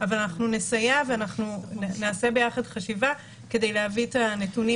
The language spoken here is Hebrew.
אבל אנחנו נסייע ונחשוב ביחד כדי להביא את הנתונים